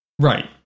right